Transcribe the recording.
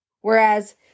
Whereas